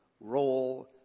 role